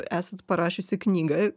esat parašiusi knygą